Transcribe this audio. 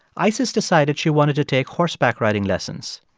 isis decided she wanted to take horseback riding lessons.